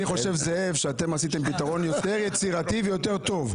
אני חושב שאתם עשיתם פתרון יותר יצירתי ויותר טוב.